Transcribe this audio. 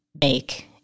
make